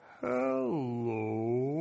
Hello